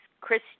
Chris